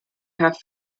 have